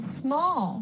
small